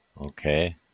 Okay